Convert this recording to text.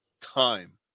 time